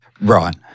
Right